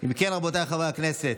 2023,